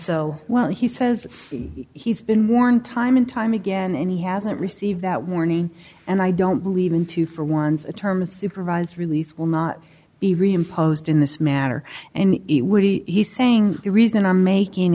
so well he says he's been warned time and time again and he hasn't received that warning and i don't believe in two for ones a term of supervised release will not be reimposed in this matter and he's saying the reason i'm making